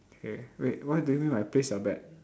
K wait what do you mean by place your bet